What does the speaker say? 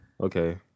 Okay